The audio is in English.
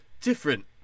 different